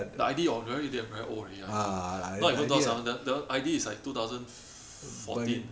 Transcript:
the I_D orh very di~ very old already ah not even two thousand seven I D is like two thousand fourteen